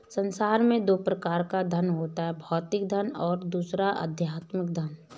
संसार में दो प्रकार का धन होता है भौतिक धन और दूसरा आध्यात्मिक धन